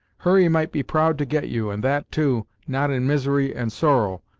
hurry might be proud to get you, and that, too, not in misery and sorrow,